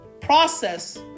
process